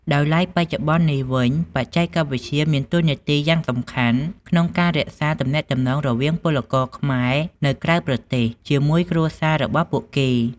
ដោយឡែក បច្ចុប្បន្ននេះវិញ បច្ចេកវិទ្យាមានតួនាទីយ៉ាងសំខាន់ក្នុងការរក្សាទំនាក់ទំនងរវាងពលករខ្មែរនៅក្រៅប្រទេស ជាមួយគ្រួសាររបស់ពួកគេ។